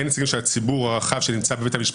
אין נציגים של הציבור הרחב שנמצא בבית המשפט.